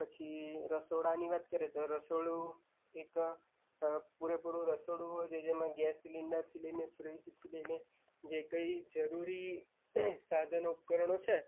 પછી રસોડાની વાત કરીએ તો રસોડું એક પૂરે પૂરું રસોડું હોય છે જેમાં ગેસ સિલિન્ડરથી લઈને ફ્રિજથી લઈને જે કંઈ જરૂરી સાધનો ઉપકરણો છે